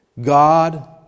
God